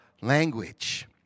language